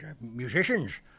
musicians